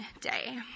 day